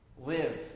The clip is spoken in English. live